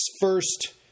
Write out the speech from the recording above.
first